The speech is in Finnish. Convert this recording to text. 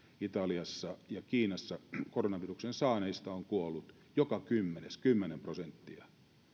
italiassa ja kiinassa koronavirukseen saaneista on kuollut joka kymmenes kymmenen prosenttia